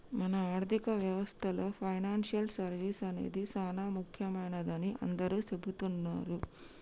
మన ఆర్థిక వ్యవస్థలో పెనాన్సియల్ సర్వీస్ అనేది సానా ముఖ్యమైనదని అందరూ సెబుతున్నారు